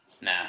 Nah